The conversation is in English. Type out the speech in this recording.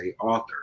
author